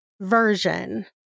version